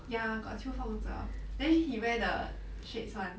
ya got qiu feng zhe then he wear the shades [one]